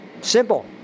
Simple